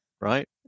right